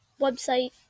website